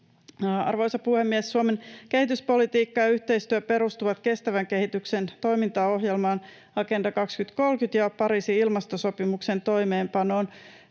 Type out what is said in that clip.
Arvoisa puhemies! Suomen kehityspolitiikka ja -yhteistyö perustuvat kestävän kehityksen toimintaohjelman, Agenda 2030:n, ja Pariisin ilmastosopimuksen toimeenpanoon.